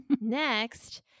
Next